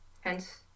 hence